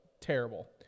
terrible